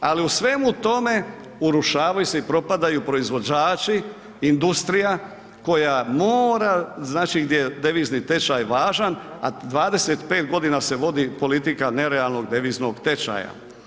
Ali u svemu tome urušavaju se i propadaju proizvođači, industrija koja mora, znači gdje je devizni tečaj važan, a 25 godina se vodi politika nerealnog deviznog tečaja.